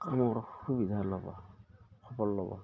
কামৰ সুবিধা ল'ব খবৰ ল'ব